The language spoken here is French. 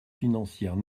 financières